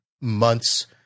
month's